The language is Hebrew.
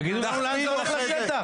תגידו לאן זה הולך לשטח.